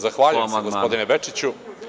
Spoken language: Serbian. Zahvaljujem gospodine Bečiću.